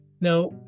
Now